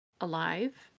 alive